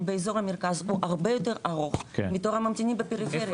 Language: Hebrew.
באזור המרכז הוא הרבה יותר ארוך מתור הממתינים בפריפריה.